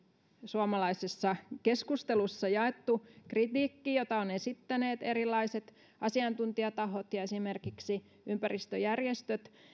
suomalaisessa keskustelussa jaettu kritiikki jota ovat esittäneet erilaiset asiantuntijatahot ja esimerkiksi ympäristöjärjestöt